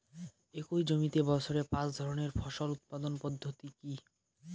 একই জমিতে বছরে পাঁচ ধরনের ফসল উৎপাদন পদ্ধতি কী?